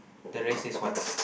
the racist ones